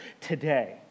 today